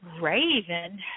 Raven